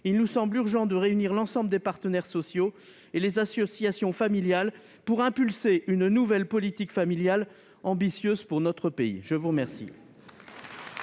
Il nous semble urgent de réunir l'ensemble des partenaires sociaux et les associations familiales pour impulser une nouvelle politique familiale ambitieuse pour notre pays. La parole